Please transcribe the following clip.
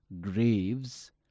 Graves